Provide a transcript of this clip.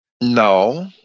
No